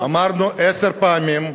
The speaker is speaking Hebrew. אמרנו עשר פעמים: